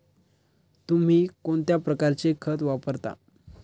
तुम्ही कोणत्या प्रकारचे खत वापरता?